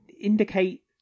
indicate